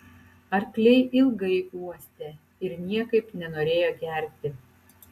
arkliai ilgai uostė ir niekaip nenorėjo gerti